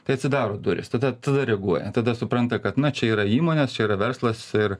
tai atsidaro durys tada tada reaguoja tada supranta kad na čia yra įmonės čia yra verslas ir